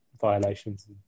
violations